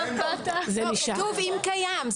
כתוב: אם קיים.